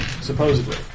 Supposedly